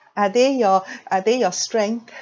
are they your are they your strength